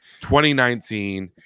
2019